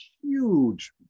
huge